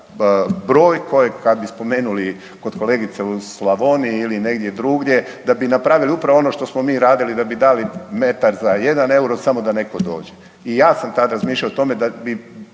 broj kojeg, kad bi spomenuli kod kolegice u Slavoniji ili negdje drugdje, da bi napravili upravo ono što smo mi radili da bi dali metar za 1 eura, samo da netko dođe i ja sam tad razmišljao o tome da bi